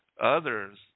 others